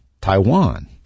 Taiwan